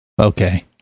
Okay